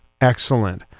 excellent